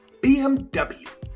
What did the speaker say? BMW